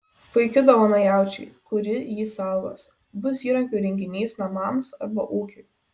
puiki dovana jaučiui kuri jį saugos bus įrankių rinkinys namams arba ūkiui